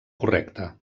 correcte